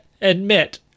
admit